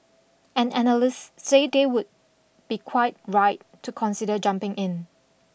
and analysts say they would be quite right to consider jumping in